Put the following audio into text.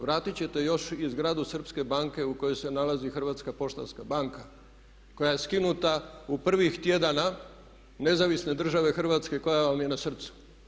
Vratit ćete još i zgradu srpske banke u kojoj se nalazi Hrvatska poštanska banka koja je skinuta u prvih tjedana Nezavisne države Hrvatske koja vam je na srcu.